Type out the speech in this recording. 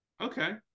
Okay